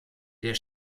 der